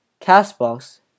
CastBox